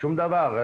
שום דבר.